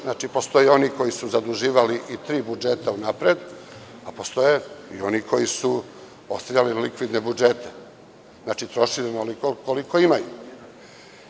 Znači, postoje oni koji su zaduživali i tri budžeta unapred, a postoje i oni koji su ostavljali likvidne budžete, odnosno trošili onoliko koliko imaju.